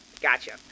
Gotcha